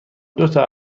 دوتا